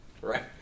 right